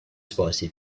spicy